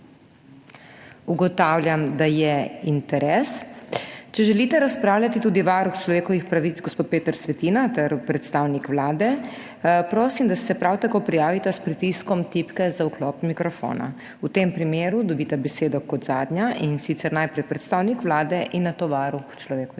Ugotavljam, da je interes. Če želita razpravljati tudi varuh človekovih pravic gospod Peter Svetina ter predstavnik Vlade, prosim, da se prav tako prijavita s pritiskom tipke za vklop mikrofona. V tem primeru dobita besedo kot zadnja, in sicer najprej predstavnik Vlade in nato varuh človekovih pravic.